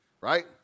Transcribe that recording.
Right